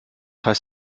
heißt